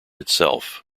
itself